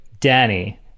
Danny